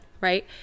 Right